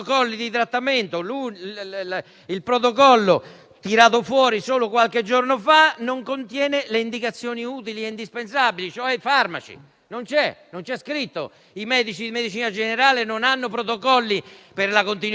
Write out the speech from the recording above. ai farmaci. I medici di medicina generale non hanno protocolli per la continuità assistenziale e le cure domiciliari e in ospedale c'è un mare di inappropriatezza sia in ingresso, che in uscita.